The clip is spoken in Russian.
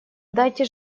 дайте